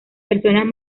personas